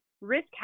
risk